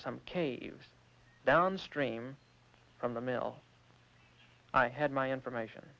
some caves downstream from the mill i had my information